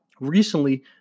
recently